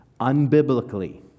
unbiblically